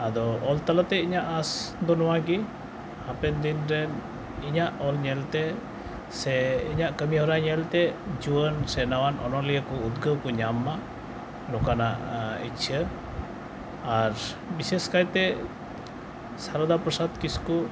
ᱟᱫᱚ ᱚᱞ ᱛᱟᱞᱟᱛᱮ ᱤᱧᱟᱹᱜ ᱟᱥᱫᱚ ᱱᱚᱣᱟᱜᱮ ᱦᱟᱯᱮᱱᱫᱤᱱ ᱨᱮ ᱤᱧᱟᱹᱜ ᱚᱞ ᱧᱮᱞᱛᱮ ᱥᱮ ᱤᱧᱟᱹᱜ ᱠᱟᱹᱢᱤᱦᱚᱨᱟ ᱧᱮᱞᱛᱮ ᱡᱩᱣᱟᱹᱱ ᱥᱮ ᱱᱟᱣᱟᱱ ᱚᱱᱚᱞᱤᱭᱟᱹᱠᱚ ᱩᱫᱽᱜᱟᱹᱣᱠᱚ ᱧᱟᱢ ᱢᱟ ᱱᱚᱝᱠᱟᱱᱟᱜ ᱤᱪᱪᱷᱟᱹ ᱟᱨ ᱵᱤᱥᱮᱥᱠᱟᱭᱛᱮ ᱥᱟᱨᱚᱫᱟ ᱯᱨᱚᱥᱟᱫᱽ ᱠᱤᱥᱠᱩ